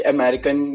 American